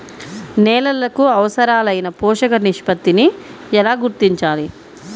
నేలలకు అవసరాలైన పోషక నిష్పత్తిని ఎలా గుర్తించాలి?